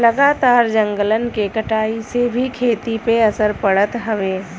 लगातार जंगलन के कटाई से भी खेती पे असर पड़त हउवे